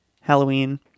Halloween